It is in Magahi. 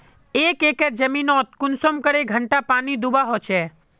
एक एकर जमीन नोत कुंसम करे घंटा पानी दुबा होचए?